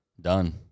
Done